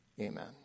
Amen